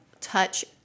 touch